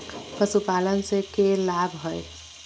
पशुपालन से के लाभ हय?